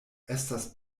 estas